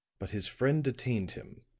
but his friend detained him,